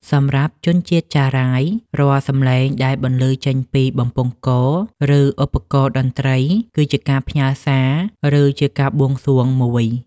សម្រាប់ជនជាតិចារាយ រាល់សម្លេងដែលបន្លឺចេញពីបំពង់ក ឬពីឧបករណ៍តន្ត្រី គឺជាការផ្ញើសារ ឬជាការបួងសួងមួយ។